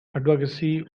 advocacy